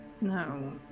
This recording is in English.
No